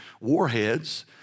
warheads